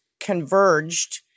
converged